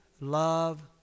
love